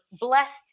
blessed